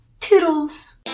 toodles